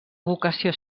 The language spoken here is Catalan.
vocació